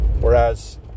Whereas